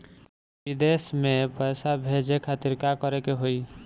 विदेश मे पैसा भेजे खातिर का करे के होयी?